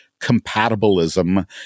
compatibilism